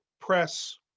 press